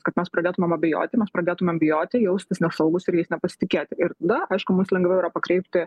kad mes pradėtumėm abejoti mes pradėtumėm bijoti jaustis nesaugūs ir jais nepasitikėti ir na aišku mus lengviau yra pakreipti